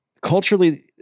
culturally